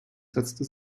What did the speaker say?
setzte